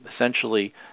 essentially